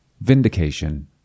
vindication